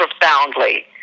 profoundly